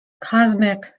Cosmic